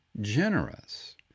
generous